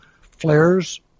flares